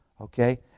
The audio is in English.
Okay